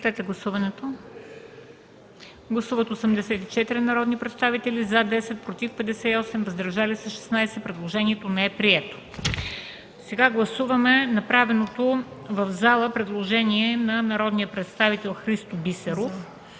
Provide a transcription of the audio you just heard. на гласуване направеното в залата предложение от народния представител Христо Бисеров